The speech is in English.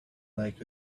like